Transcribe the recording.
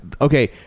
okay